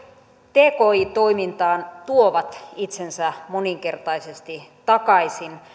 tki toimintaan tuovat itsensä moninkertaisesti takaisin